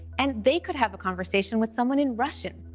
and they could have a conversation with someone in russian.